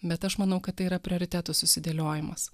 bet aš manau kad tai yra prioritetų susidėliojimas